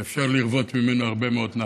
ואפשר לרוות ממנו הרבה מאוד נחת.